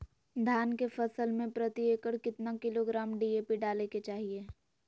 धान के फसल में प्रति एकड़ कितना किलोग्राम डी.ए.पी डाले के चाहिए?